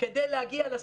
כדי להגיע לסניפים.